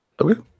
Okay